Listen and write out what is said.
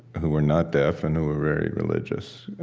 who were not deaf, and who were very religious,